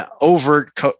overt